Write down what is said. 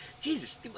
Jesus